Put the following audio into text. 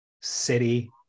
city